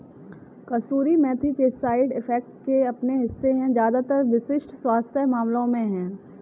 कसूरी मेथी के side effects के अपने हिस्से है ज्यादातर विशिष्ट स्वास्थ्य मामलों में है